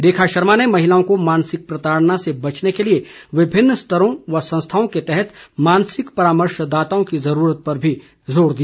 रेखा शर्मा ने महिलाओं को मानसिक प्रताड़ना से बचने के लिए विभिन्न स्तरों व संस्थाओं के तहत मानसिक परामर्शदाताओं की जरूरत पर भी जोर दिया